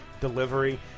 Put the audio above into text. delivery